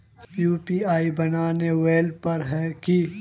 UPI बनावेल पर है की?